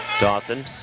Dawson